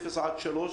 אפס עד שלוש.